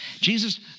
Jesus